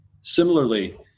Similarly